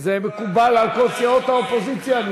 זה מקובל על כל סיעות האופוזיציה?